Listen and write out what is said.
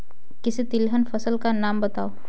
किसी तिलहन फसल का नाम बताओ